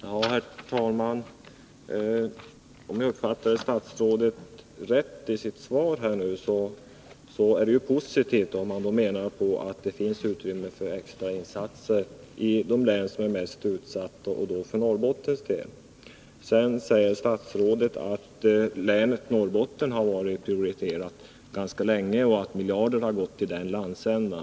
Herr talman! Om jag rätt uppfattade vad statsrådet sade i sitt svar var det positivt, nämligen om han menar att det finns utrymme för extrainsatser i de mest utsatta länen, och det gäller då särskilt Norrbotten. Vidare säger statsrådet att Norrbotten har varit prioriterat ganska länge och att miljarder har gått till denna landsända.